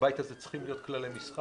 שבבית הזה צריכים להיות כללי משחק,